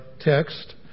text